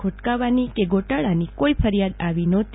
ખોટકાવાની કે ગોટાળાની કોઈ ફરિયાદ આવી નહોતી